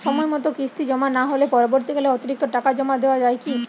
সময় মতো কিস্তি জমা না হলে পরবর্তীকালে অতিরিক্ত টাকা জমা দেওয়া য়ায় কি?